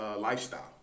lifestyle